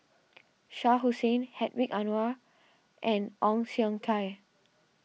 Shah Hussain Hedwig Anuar and Ong Siong Kai